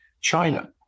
China